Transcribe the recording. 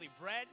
bread